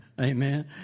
Amen